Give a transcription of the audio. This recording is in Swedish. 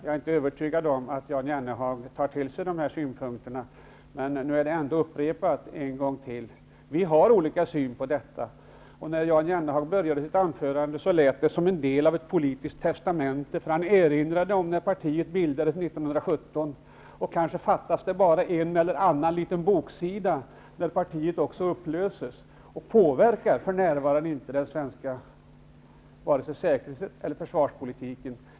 Jag är inte övertygad om att Jan Jennehag tar till sig dessa synpunkter, men nu är de ändå upprepade en gång till. Vi har olika syn på detta. När Jan Jennehag började sitt anförande lät det som om det vore en del av ett politiskt testamente. Han erinrade om när partiet bildades 1917, och kanske fattas det bara en eller annan liten boksida innan partiet upplöses. Partiet påverkar för närvarande inte vare sig den svenska säkerhetspolitiken eller den svenska försvarspolitiken.